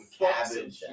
cabbage